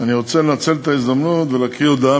אני רוצה לנצל את ההזדמנות ולהקריא הודעה